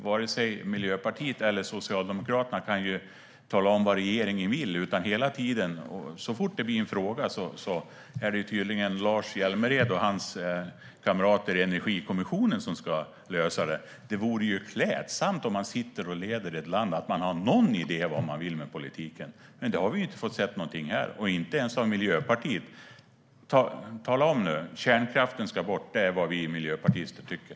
Varken Miljöpartiet eller Socialdemokraterna kan tala om vad regeringen vill, utan så fort det blir en fråga är det tydligen Lars Hjälmered och hans kamrater i Energikommissionen som ska lösa den. Det vore klädsamt att de som leder ett land hade någon idé om vad de vill med politiken. Men det har vi inte fått se någonting av här, inte ens från Miljöpartiet. Säg det nu! "Kärnkraften ska bort. Det är vad vi miljöpartister tycker."